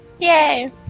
Yay